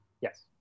Yes